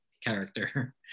character